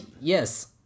Yes